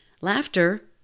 Laughter